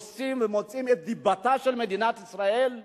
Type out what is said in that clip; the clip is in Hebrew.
שמוציאים את דיבתה של מדינת ישראל רעה.